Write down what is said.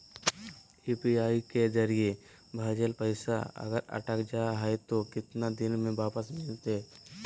UPI के जरिए भजेल पैसा अगर अटक जा है तो कितना दिन में वापस मिलते?